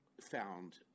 found